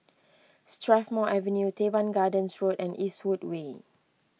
Strathmore Avenue Teban Gardens Road and Eastwood Way